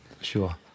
sure